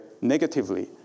negatively